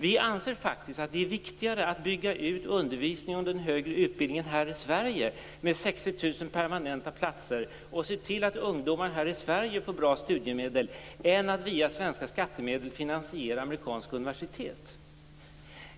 Regeringen anser att det är viktigare att bygga ut undervisningen och den högre utbildningen här i Sverige med 60 000 permanenta platser och se till att ungdomar här hemma får bra studiemedel än att via svenska skattemedel finansiera amerikanska universitet.